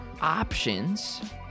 options